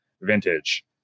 vintage